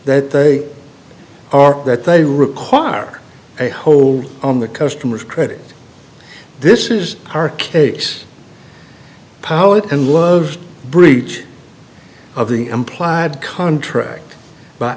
that they are that they require a hold on the customer's credit this is our case power and was breach of the implied contract by